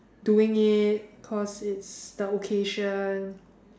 doing it cause it's the occasion